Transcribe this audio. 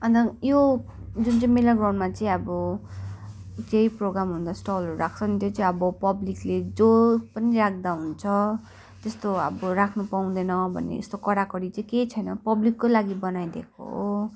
अन्त यो जुन चाहिँ मेला ग्राउन्डमा चाहिँ अब चाहिँ प्रोग्राम हुँदा स्टलहरू राख्छ नि त्यो चाहिँ अब पब्लिकले जो पनि राख्दा हुन्छ त्यस्तो अब राख्न पाउँदैन भन्ने यस्तो कडाकडी चाहिँ केही छैन पब्लिककै लागि बनाइदिएको हो